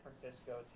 Francisco